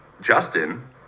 justin